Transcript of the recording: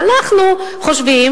אבל אנחנו חושבים,